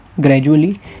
Gradually